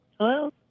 Hello